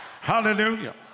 Hallelujah